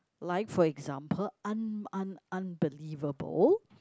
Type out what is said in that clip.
like for example un~ un~ unbelievable